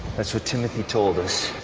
that's what timothy told us.